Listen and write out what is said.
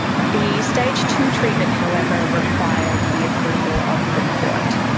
the stage two treatment however required the approval of the court.